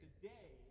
Today